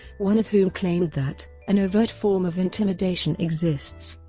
one of whom claimed that an overt form of intimidation exists,